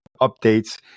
updates